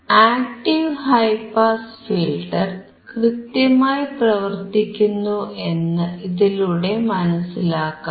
active high pass filter കൃത്യമായി പ്രവർത്തിക്കുന്നു എന്ന് ഇതിലൂടെ മനസിലാക്കാം